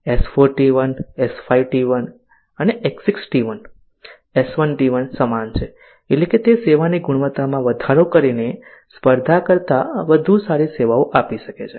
S4 T1 S5 T1 અને S6 T1 S1 T1 સમાન છે એટલે કે તે સેવાની ગુણવત્તામાં વધારો કરીને સ્પર્ધા કરતાં વધુ સારી સેવાઓ આપી શકે છે